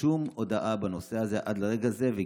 שום הודעה וגינוי בנושא הזה עד לרגע זה.